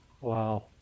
Wow